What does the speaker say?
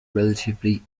relatively